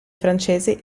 francesi